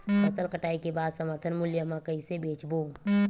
फसल कटाई के बाद समर्थन मूल्य मा कइसे बेचबो?